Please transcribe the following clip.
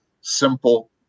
simple